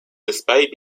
despite